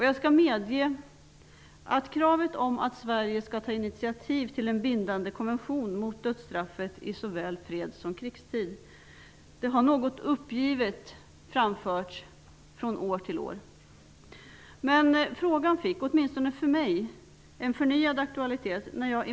Jag medger att kravet på att Sverige skall ta initiativ till en bindande konvention mot dödsstraffet i såväl freds som krigstid har framförts något uppgivet från år till år. Frågan har dock fått en förnyad aktualitet, åtminstone för mig.